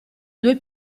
due